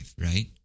right